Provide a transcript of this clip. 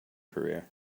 career